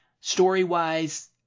Story-wise